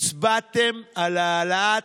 הצבעתם על העלאת